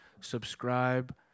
subscribe